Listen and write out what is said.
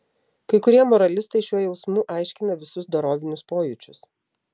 kai kurie moralistai šiuo jausmu aiškina visus dorovinius pojūčius